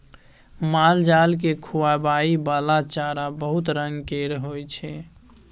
मालजाल केँ खुआबइ बला चारा बहुत रंग केर होइ छै